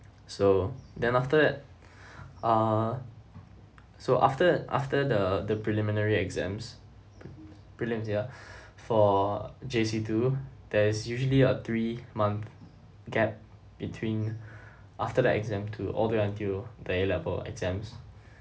so then after that ah so after after the the preliminary exams prelims ya for J_C two there is usually a three month gap between after the exam to all the way until the A level exams